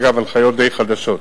אגב, הנחיות די חדשות.